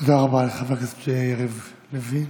תודה רבה לחבר הכנסת יריב לוין.